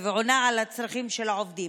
ועונה על הצרכים של העובדים.